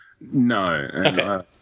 No